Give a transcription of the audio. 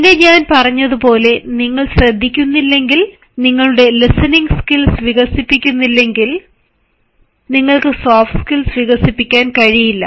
പിന്നെ ഞാൻ പറഞ്ഞതുപോലെ നിങ്ങൾ ശ്രദ്ധിക്കുന്നില്ലെങ്കിൽ നിങ്ങളുടെ listening skills വികസിപ്പിക്കുന്ന ഇല്ലെങ്കിൽ നിങ്ങൾക്ക് സോഫ്റ്റ് സ്കിൽസ് വികസിപ്പിക്കാൻ കഴിയില്ലാ